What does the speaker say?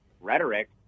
rhetoric